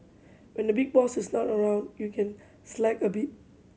when the big boss is not around you can slack a bit